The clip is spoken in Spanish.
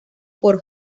por